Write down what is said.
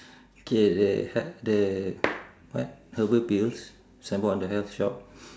K the her~ the what herbal pills signboard on the health shop